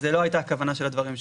זו לא הייתה הכוונה של הדברים שלנו.